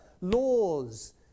laws